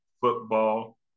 football